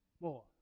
more